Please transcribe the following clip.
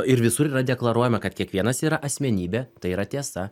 ir visur yra deklaruojama kad kiekvienas yra asmenybė tai yra tiesa